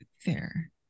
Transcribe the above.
Fair